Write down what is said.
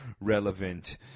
relevant